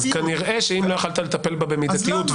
כנראה שאם לא יכולת לטפל בה במידתיות,